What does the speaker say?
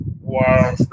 Wow